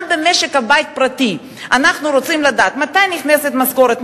גם במשק-בית פרטי אנחנו רוצים לדעת מתי נכנסת משכורת,